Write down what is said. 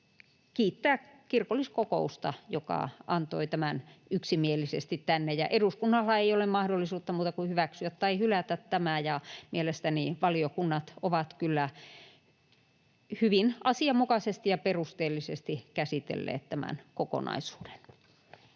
kiittää kirkolliskokousta, joka antoi tämän yksimielisesti tänne. Ja eduskunnallahan ei ole mahdollisuutta muuta kuin hyväksyä tai hylätä tämä, ja mielestäni valiokunnat ovat kyllä hyvin asianmukaisesti ja perusteellisesti käsitelleet tämän kokonaisuuden.